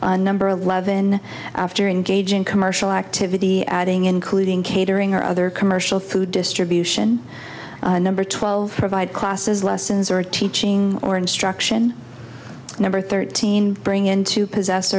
fireworks number eleven after engage in commercial activity adding including catering or other commercial food distribution number twelve provide classes lessons or teaching or instruction number thirteen bring in to possess